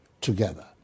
together